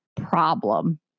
problem